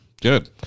Good